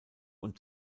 und